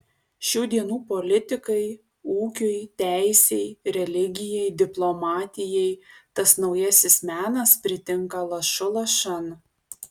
šių dienų politikai ūkiui teisei religijai diplomatijai tas naujasis menas pritinka lašu lašan